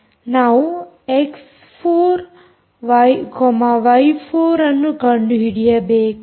ನಾವು ಎಕ್ಸ್4ವೈ4X4 Y4 ಅನ್ನು ಕಂಡುಹಿಡಿಯಬೇಕು